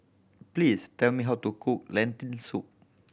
please tell me how to cook Lentil Soup